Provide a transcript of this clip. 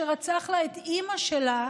שרצח לה את אימא שלה,